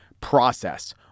process